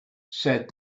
said